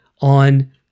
on